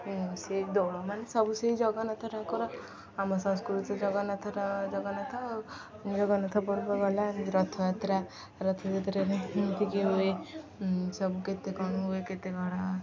ସେଇ ଦୋଳମାନେ ସବୁ ସେଇ ଜଗନ୍ନାଥ ଠାକୁର ଆମ ସଂସ୍କୃତି ଜଗନ୍ନାଥର ଜଗନ୍ନାଥ ଜଗନ୍ନାଥ ପର୍ବ ଗଲା ରଥଯାତ୍ରା ରଥଯାତ୍ରାରେ ଏମିତିକି ହୁଏ ସବୁ କେତେ କ'ଣ ହୁଏ କେତେ କ'ଣ